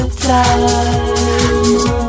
time